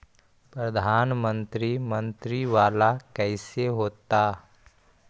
प्रधानमंत्री मंत्री वाला कैसे होता?